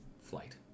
flight